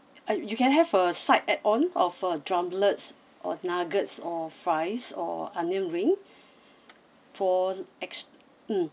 uh you can have a side add on of uh drumlets or nuggets or fries or onion ring for ex~ mm